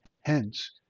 Hence